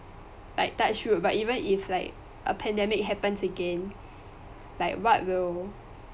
like touchwood but even if like a pandemic happens again like what will